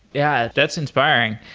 yeah. that's inspiring.